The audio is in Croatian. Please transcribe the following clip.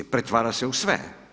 Pretvara se u sve.